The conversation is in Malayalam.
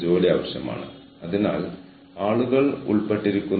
രണ്ട് വ്യത്യസ്ത ധ്രുവങ്ങൾ ഉണ്ടായിരിക്കണം